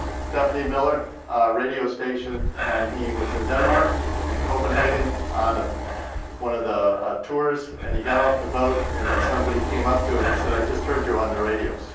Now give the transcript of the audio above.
stephanie miller radio station and he was in denmark in copenhagen on ah one of the tours and he got off the boat and somebody came up to him and said, i just heard you on the radio.